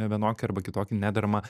vienokį arba kitokį nederamą